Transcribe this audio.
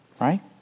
right